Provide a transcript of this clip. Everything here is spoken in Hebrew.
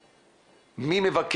לא, היא תתייחס